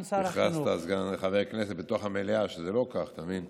הכרזת חבר כנסת בתוך המליאה, וזה לא כך, אתה מבין?